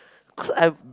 cause I'm